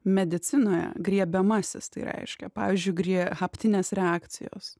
medicinoje griebiamasis tai reiškia pavyzdžiui grie haptinės reakcijos